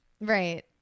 Right